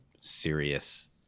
serious